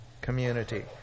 community